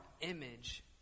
image